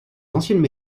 anciennes